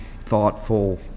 thoughtful